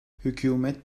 hükümet